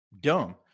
dumb